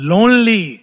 Lonely